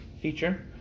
feature